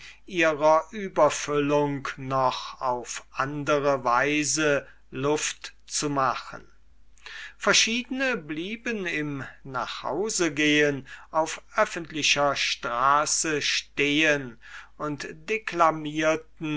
ihrer repletion noch auf andere weise luft zu machen verschiedene blieben im nachhausegehen auf öffentlicher straße stehen und